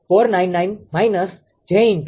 તેથી 𝑖30